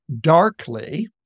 darkly